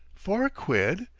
four quid?